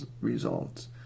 results